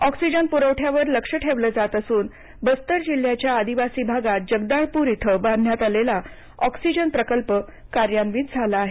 oxygen प्रवठ्यावर लक्ष ठेवले जात असून बस्तर जिल्ह्याच्या आदिवासी भागात जगदाळपूर इथे बांधण्यात आलेला ऑक्सिजन प्रकल्प कार्यान्वित झाला आहे